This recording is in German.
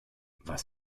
was